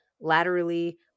laterally